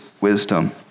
wisdom